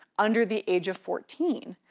under the age of fourteen.